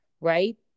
right